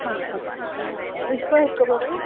अछा अछा ॾिसु त हिकु भेरो